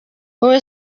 wowe